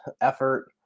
effort